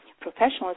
professionals